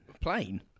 Plane